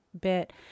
bit